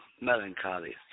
melancholy